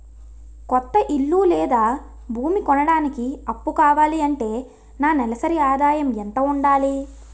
కొత్త ఇల్లు లేదా భూమి కొనడానికి అప్పు కావాలి అంటే నా నెలసరి ఆదాయం ఎంత ఉండాలి?